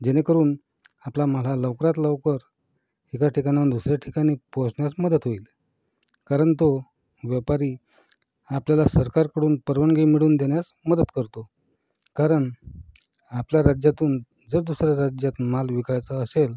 जेणेकरून आपला माल हा लवकरात लवकर एका ठिकाणाहून दुसऱ्या ठिकाणी पोहोचण्यास मदत होईल कारण तो व्यापारी आपल्याला सरकारकडून परवानगी मिळवून देण्यास मदत करतो कारण आपल्या राज्यातून जर दुसऱ्या राज्यात माल विकायचा असेल